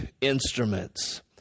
instruments